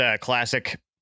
classic